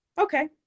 okay